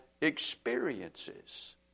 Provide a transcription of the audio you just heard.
experiences